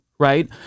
right